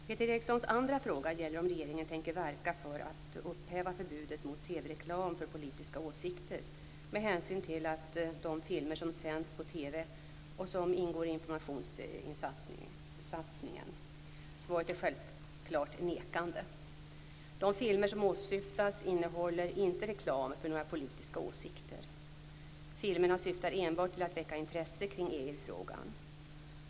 Peter Erikssons andra fråga gäller om regeringen tänker verka för att upphäva förbudet mot TV-reklam för politiska åsikter med hänsyn till de filmer som sänds på TV och som ingår i informationssatsningen. Svaret är självklart nekande. De filmer som åsyftas innehåller inte reklam för några politiska åsikter. Filmerna syftar enbart till att väcka intresse kring EU-frågan.